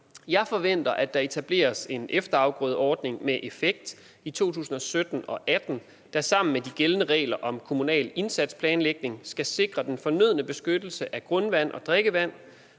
Jeg forventer, at der etableres en efterafgrødeordning med effekt i 2017 og 2018, der sammen med de gældende regler om kommunal indsatsplanlægning skal sikre den fornødne beskyttelse af grundvand og drikkevand.